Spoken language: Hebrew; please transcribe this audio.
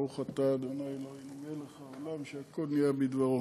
ברוך אתה אדוני אלוהינו מלך העולם שהכול נהיה בדברו.